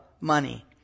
money